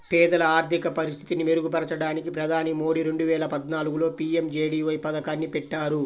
పేదల ఆర్థిక పరిస్థితిని మెరుగుపరచడానికి ప్రధాని మోదీ రెండు వేల పద్నాలుగులో పీ.ఎం.జే.డీ.వై పథకాన్ని పెట్టారు